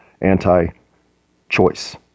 anti-choice